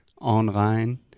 online